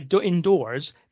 indoors